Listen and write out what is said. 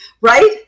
right